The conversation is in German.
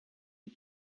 die